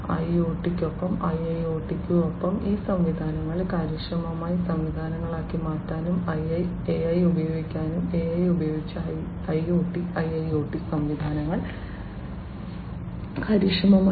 IoT യ്ക്കൊപ്പം IIoT യ്ക്കൊപ്പം ഈ സംവിധാനങ്ങളെ കാര്യക്ഷമമായ സംവിധാനങ്ങളാക്കി മാറ്റാനും AI ഉപയോഗിക്കാനാകും AI ഉപയോഗിച്ച് IoT IIoT സംവിധാനങ്ങൾ കാര്യക്ഷമമാണ്